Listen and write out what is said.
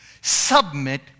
Submit